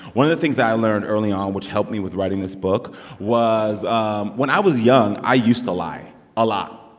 one of the things that i learned early on which helped me with writing this book was um when i was young, i used to lie a lot.